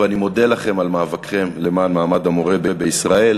ואני מודה לכם על מאבקכם למען מעמד המורה בישראל.